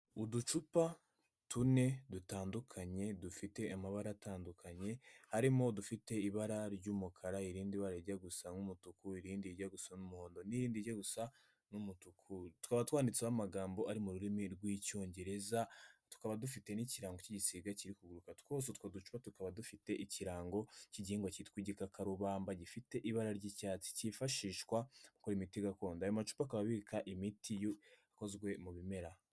Uducupa tune dutandukanye dufite amabara atandukanye, harimo udufite ibara ry'umukara, irindi bara rijya gusa nk'umutuku, irindi rijya gusa n'umuhondo n'irindi rijya gusa n'umutuku. Tukaba twanditseho amagambo ari mu rurimi rw'icyongereza, tukaba dufite n'ikirango cy'igisiga kiri kuguruka. Twose utwo ducupa tukaba dufite ikirango cy'igihingwa cyitwa igikakarubamba gifite ibara ry'icyatsi, kifashishwa gukora imiti gakondo. Ayo macupa akaba abika imiti ikozwe mu bimera.